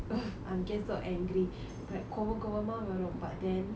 I get so angry like கோவம் கோவமா வரும்:kovam kovamaa varum but then